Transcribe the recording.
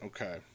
Okay